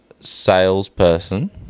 salesperson